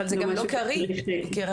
אבל זה גם לא קריא , יקירתי.